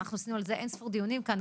אנחנו עושים על זה אין-ספור דיונים כאן,